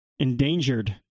endangered